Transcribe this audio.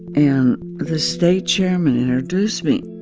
and the state chairman introduced me.